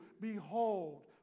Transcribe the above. Behold